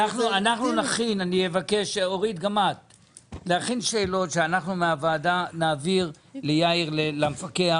אורית, נכין שאלות שנעביר למפקח.